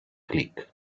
clic